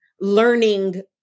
learning